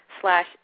slash